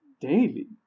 daily